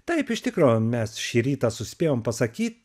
taip iš tikro mes šį rytą suspėjom pasakyt